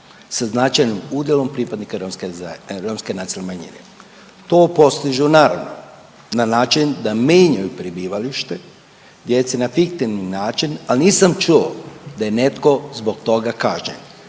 sa značajnim udjelom pripadnika romske nacionalne manjine. To postižu naravno na način da menjaju prebivalište djece na fiktivan način, al nisam čuo da je netko zbog toga kažnjen.